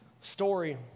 Story